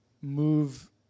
move